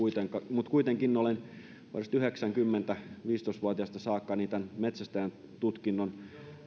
mutta kuitenkin olen vuodesta yhdeksänkymmentä viisitoista vuotiaasta saakka ollut metsästäjän tutkinnon